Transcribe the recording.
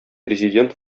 президент